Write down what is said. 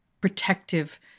protective